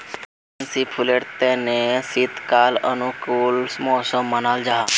fancy फुलेर तने शीतकाल अनुकूल मौसम मानाल जाहा